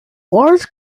large